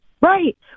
Right